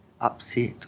upset